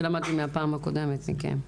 זה למדנו מהפעם הקודמת מכם.